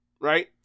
right